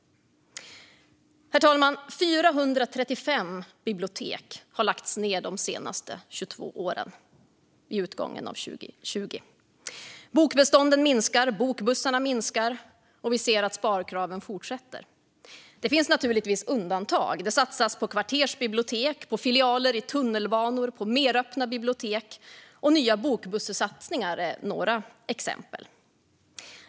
Vid utgången av 2020 hade 435 bibliotek lagts ned de senaste 22 åren. Bokbestånden minskar. Antalet bokbussar minskar, och vi ser att sparkraven fortsätter. Det finns naturligtvis undantag. Det satsas på kvartersbibliotek, på filialer i tunnelbanestationer, på meröppna bibliotek och på nya bokbussar. Det är några exempel.